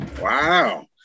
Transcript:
Wow